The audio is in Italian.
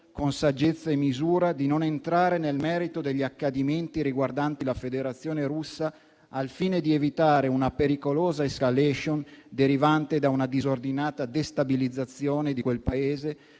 con saggezza e misura, è volta a non entrare nel merito degli accadimenti riguardanti la Federazione Russa, al fine di evitare una pericolosa *escalation* derivante da una disordinata destabilizzazione di quel Paese,